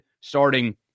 starting